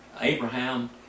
Abraham